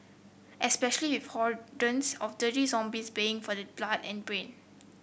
especially with of dirty zombies baying for your blood and brain